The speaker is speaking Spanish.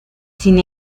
sin